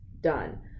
done